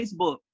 Facebook